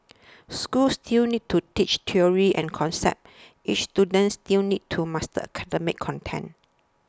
schools still need to teach theories and concepts and students still need to master academic content